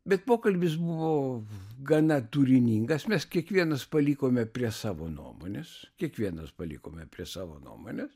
bet pokalbis buvo gana turiningas mes kiekvienas palikome prie savo nuomonės kiekvienas palikome prie savo nuomonės